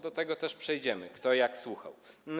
Do tego też przejdziemy, kto jak słuchał.